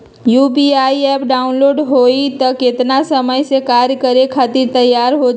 UPI app download होई त कितना समय मे कार्य करे खातीर तैयार हो जाई?